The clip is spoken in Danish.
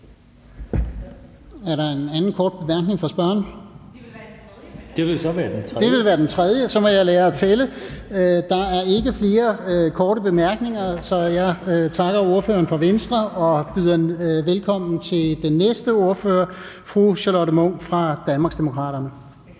være den tredje). Nå, det ville så være den tredje – så må jeg lære at tælle. Der er ikke flere korte bemærkninger, så jeg takker ordføreren for Venstre og byder velkommen til den næste ordfører, som er fru Charlotte Munch fra Danmarksdemokraterne.